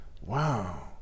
Wow